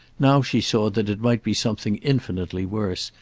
now she saw that it might be something infinitely worse,